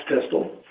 pistol